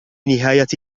نهاية